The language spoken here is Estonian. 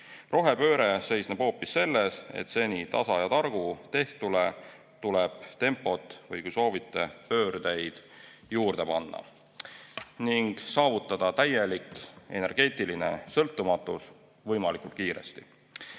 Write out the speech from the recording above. Rohepööre seisneb hoopis selles, et seni tasa ja targu tehtule tuleb tempot, või kui soovite, pöördeid juurde panna ning saavutada täielik energeetiline sõltumatus võimalikult kiiresti.